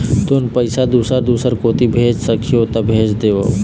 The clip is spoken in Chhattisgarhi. तुमन पैसा दूसर दूसर कोती भेज सखीहो ता भेज देवव?